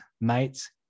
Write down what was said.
mates